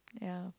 ya